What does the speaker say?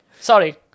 sorry